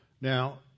Now